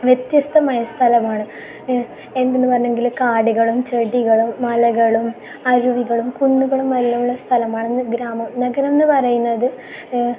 വ്യത്യസ്തമായ സ്ഥലമാണ് എന്തെന്ന് പറഞ്ഞെങ്കിൽ കാടുകളും ചെടികളും മലകളും അരുവികളും കുന്നുകളും എല്ലാം ഉള്ള സ്ഥലമാണ് ഗ്രാമം നഗരം എന്ന് പറയുന്നത്